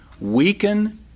weaken